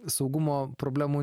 saugumo problemų